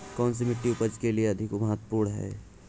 कौन सी मिट्टी उपज के लिए अधिक महत्वपूर्ण है?